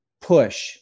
push